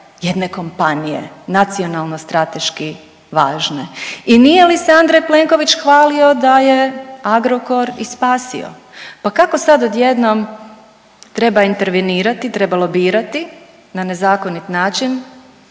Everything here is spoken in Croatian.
jedne kompanije nacionalno strateški važne. I nije li se Andrej Plenković hvalio da je Agrokor i spasio. Pa kako sad odjednom treba intervenirati, treba lobirati na nezakonit način